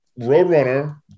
Roadrunner